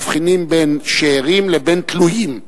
מבחינים בין שאירים לבין תלויים.